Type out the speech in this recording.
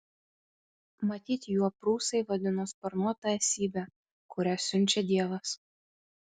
matyt juo prūsai vadino sparnuotą esybę kurią siunčia dievas